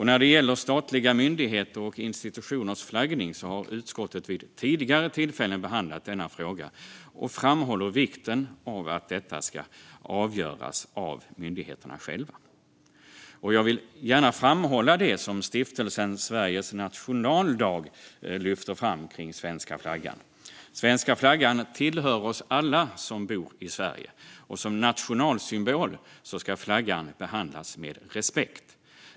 När det gäller statliga myndigheters och institutioners flaggning har utskottet vid tidigare tillfällen behandlat denna fråga och framhåller vikten av att detta ska avgöras av myndigheterna själva. Jag vill gärna framhålla det som Stiftelsen Sveriges Nationaldag lyfter fram avseende svenska flaggan, nämligen att svenska flaggan tillhör oss alla som bor i Sverige och att som nationalsymbol ska flaggan behandlas med respekt.